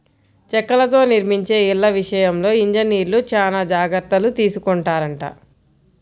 చెక్కలతో నిర్మించే ఇళ్ళ విషయంలో ఇంజనీర్లు చానా జాగర్తలు తీసుకొంటారంట